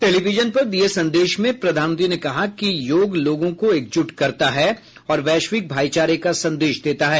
television पर दिये संदेश में प्रधानमंत्री ने कहा कि योग लोगों को एकजुट करता है और वैश्विक भाइचारे का संदेश देता है